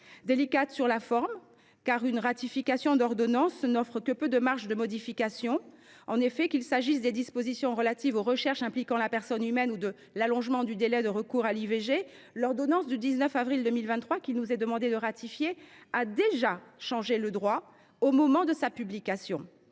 Délicate sur la forme, car une ratification d’ordonnance n’offre que peu de marges de modifications. En effet, qu’il s’agisse des dispositions relatives aux recherches impliquant la personne humaine ou de l’allongement du délai de recours à l’IVG, l’ordonnance du 19 avril 2023 qu’il nous est demandé de ratifier a déjà changé le droit au moment de sa publication.